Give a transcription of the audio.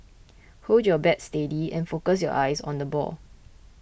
hold your bat steady and focus your eyes on the ball